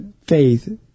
faith